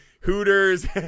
Hooters